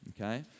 okay